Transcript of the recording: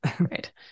Right